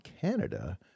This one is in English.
Canada